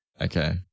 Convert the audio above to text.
okay